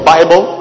Bible